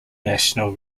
national